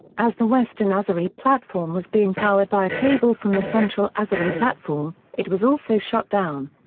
as the western azeri platform was being powered by a cable from the central azeri platform, it was also shut down.